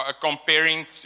comparing